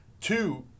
Two